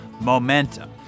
momentum